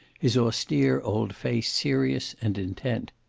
his austere old face serious and intent.